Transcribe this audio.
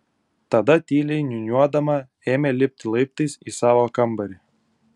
tada tyliai niūniuodama ėmė lipti laiptais į savo kambarį